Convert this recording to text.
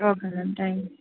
okay ma'am thank you